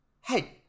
Hey